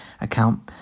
account